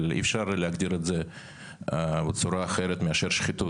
אבל אי אפשר להגדיר את זה בצורה אחרת מאשר שחיתות,